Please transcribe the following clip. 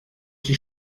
die